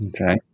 Okay